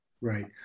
Right